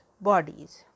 bodies